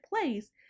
place